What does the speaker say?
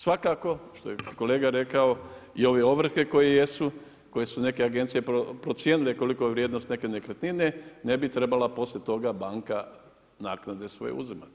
Svakako što je kolega rekao, i ove ovrhe koje jesu, koje su neke agencije procijenile koliko je vrijednost neke nekretnine, ne bi trebala poslije toga banka naknade svoje uzimati.